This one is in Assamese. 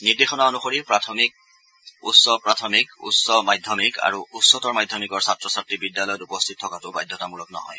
নিৰ্দেশনা অনুসৰি প্ৰাথমিক উচ্চ প্ৰাথমিক উচ্চ মাধ্যমিক আৰু উচ্চতৰ মাধ্যমিকৰ ছাত্ৰ ছাত্ৰী বিদ্যালয়ত উপস্থিত থকাটো বাধ্যতামূলক নহয়